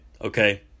Okay